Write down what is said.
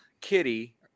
kitty